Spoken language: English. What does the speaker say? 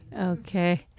Okay